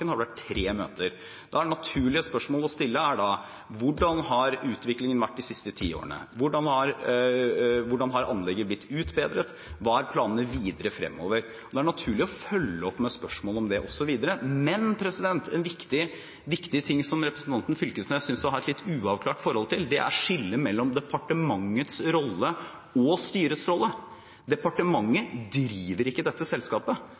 har det vært tre møter. Det naturlige spørsmål å stille er da: Hvordan har utviklingen vært de siste ti årene? Hvordan har anlegget blitt utbedret? Hva er planene videre fremover? Det er naturlig å følge opp med spørsmål om det også videre. Men en viktig ting som representanten Knag Fylkesnes synes å ha et litt uavklart forhold til, er skillet mellom departementets rolle og styrets rolle. Departementet driver ikke dette selskapet.